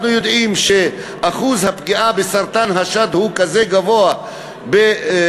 אנחנו יודעים שאחוז הפגיעה בסרטן השד הוא כזה גבוה במערב,